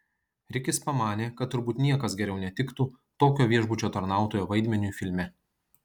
rikis pamanė kad turbūt niekas geriau netiktų tokio viešbučio tarnautojo vaidmeniui filme